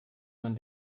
man